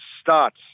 starts